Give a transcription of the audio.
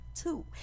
two